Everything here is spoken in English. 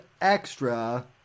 extra